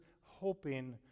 hoping